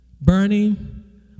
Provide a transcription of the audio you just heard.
Burning